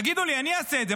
תגידו לי, אני אעשה את זה.